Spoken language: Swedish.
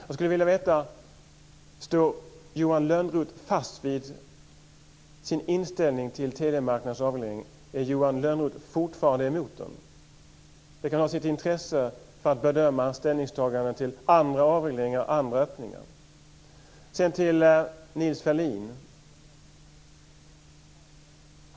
Jag skulle vilja veta: Står Johan Lönnroth fast vid sin inställning till telemarknadens avreglering? Är Johan Lönnroth fortfarande emot den? Det kan ha sitt intresse för att bedöma ställningstagandet i fråga om andra avregleringar och andra öppningar. Sedan till Nils Ferlin.